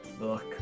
look